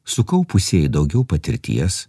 sukaupusieji daugiau patirties